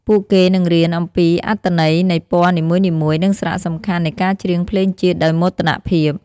ពួកគេនឹងរៀនអំពីអត្ថន័យនៃពណ៌នីមួយៗ និងសារៈសំខាន់នៃការច្រៀងភ្លេងជាតិដោយមោទនភាព។